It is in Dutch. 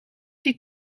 die